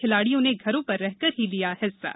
खिलाड़ियों ने घरों पर रहकर ही लिया हिस्सा